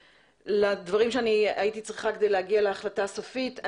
לדברים שהייתי צריכה כדי להגיע להחלטה סופית,